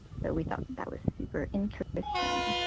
we thought that was super interesting.